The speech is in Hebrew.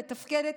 מתפקדת,